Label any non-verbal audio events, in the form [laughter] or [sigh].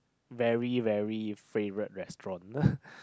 very very favourite restaurant [laughs]